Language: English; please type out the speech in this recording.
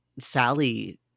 Sally